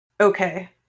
Okay